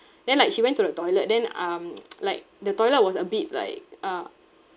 then like she went to the toilet then um like the toilet was a bit like uh